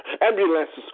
Ambulances